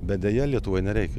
bet deja lietuvoj nereikia